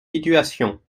situation